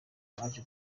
aje